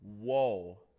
whoa